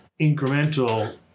incremental